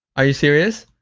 are you serious?